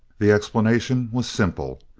the explanation was simple.